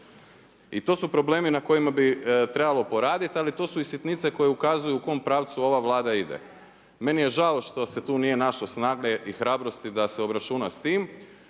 I to su problemi na kojima bi trebalo proraditi ali tu su i sitnice koje ukazuju u kojem pravcu ova Vlada ide. Meni je žao što se tu nije našlo snage i hrabrosti da se obračuna s time